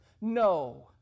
no